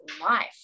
life